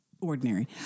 ordinary